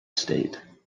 state